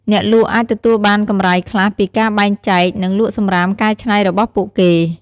អ្នកលក់អាចទទួលបានកម្រៃខ្លះពីការបែងចែក និងលក់សំរាមកែច្នៃរបស់ពួកគេ។